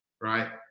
Right